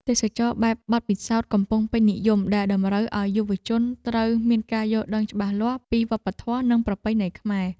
ទេសចរណ៍បែបបទពិសោធន៍កំពុងពេញនិយមដែលតម្រូវឱ្យយុវជនត្រូវមានការយល់ដឹងច្បាស់លាស់ពីវប្បធម៌និងប្រពៃណីខ្មែរ។